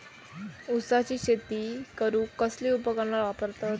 ऊसाची शेती करूक कसली उपकरणा वापरतत?